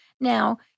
Now